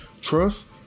Trust